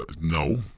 No